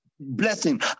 blessing